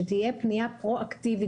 בוקר טוב,